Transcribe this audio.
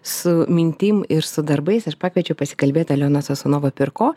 su mintim ir su darbais aš pakviečiau pasikalbėt alioną sosunovą piurko